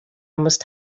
must